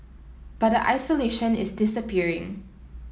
but the isolation is disappearing